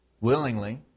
willingly